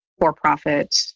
for-profit